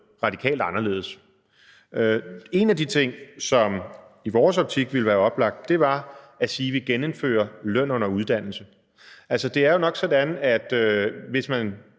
radikalt anderledes. En af de ting, som i vores optik ville være oplagt, var at sige, at vi genindfører løn under uddannelse. Det er jo nok sådan, at hvis man